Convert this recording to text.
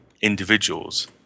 individuals